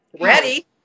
Ready